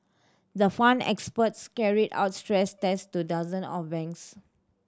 the fund experts carried out stress tests to dozen of banks